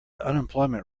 unemployment